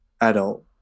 adult